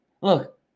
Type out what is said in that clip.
Look